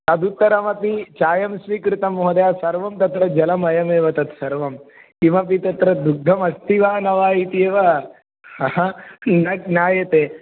तदुत्तरमपि चायं स्वीकृतं महोदय सर्वं तत्र जलमयमेव तत्सर्वं किमपि तत्र दुग्धमस्ति वा न वा इत्येव न ज्ञायते